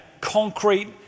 concrete